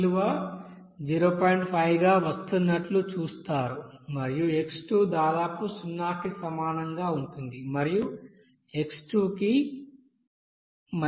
5 గా వస్తున్నట్లు చూస్తారు మరియు x దాదాపు 0 కి సమానంగా ఉంటుంది మరియు x కి 0